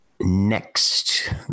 next